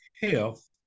Health